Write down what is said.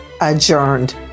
adjourned